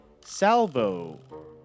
salvo